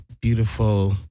beautiful